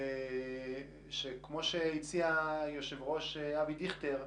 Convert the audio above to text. כמו שהציע היושב-ראש אבי דיכטר,